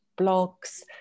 blogs